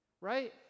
Right